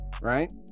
right